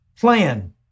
plan